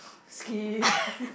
skip